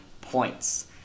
points